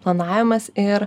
planavimas ir